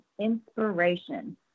inspiration